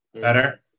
Better